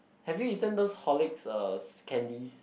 have you eaten those Horlicks uh candies